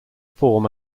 form